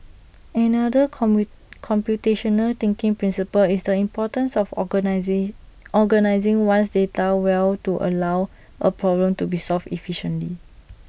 another come we computational thinking principle is the importance of organize organising one's data well to allow A problem to be solved efficiently